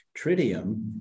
Tritium